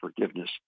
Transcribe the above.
forgiveness